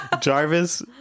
Jarvis